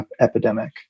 epidemic